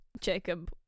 Jacob